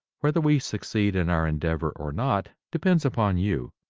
whether we succeed in our endeavor or not depends upon you.